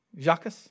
Jacques